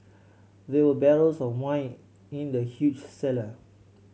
there were barrels of wine in the huge cellar